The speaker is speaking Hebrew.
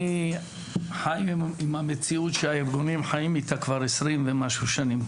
אני חי עם המציאות שהארגונים חיים איתה כבר עשרים ומשהו שנים,